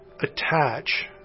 attach